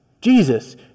Jesus